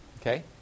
okay